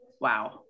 wow